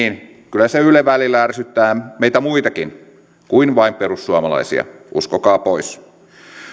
kyllä se yle välillä ärsyttää meitä muitakin kuin vain perussuomalaisia uskokaa pois